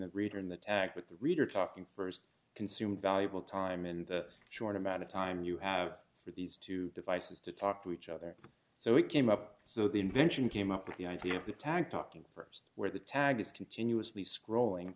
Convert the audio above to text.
the reader in the act with the reader talking st consume valuable time in the short amount of time you have for these two devices to talk to each other so we came up so the invention came up with the idea of the tag talking st where the tag is continuously scrolling